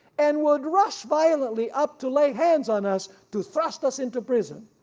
and would rush violently up to lay hands on us to thrust us into prison,